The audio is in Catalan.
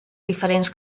diferents